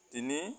তিনি